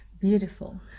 beautiful